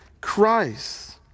Christ